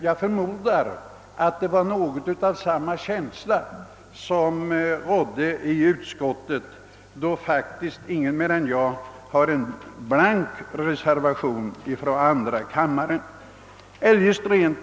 Jag förmodar att det är något av samma känsla som har rått inom utskottet i övrigt, då ingen mer än jag från andra kammaren har avgivit en blank reservation.